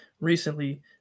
recently